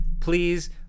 please